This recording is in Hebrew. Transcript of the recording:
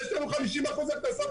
יש לנו 50% הכנסות,